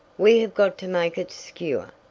we hev got to make it s'cure.